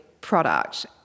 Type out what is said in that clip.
product